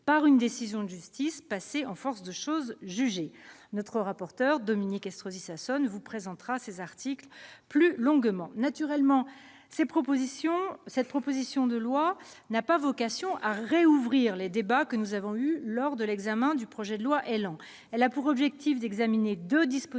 par une décision de justice passée en force de chose jugée. Notre rapporteur, Dominique Estrosi Sassone, vous présentera ces articles plus longuement. Naturellement, cette proposition de loi n'a pas vocation à rouvrir les débats que nous avons eus lors de l'examen du projet de loi ÉLAN. Il s'agit d'examiner deux dispositions